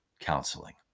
counseling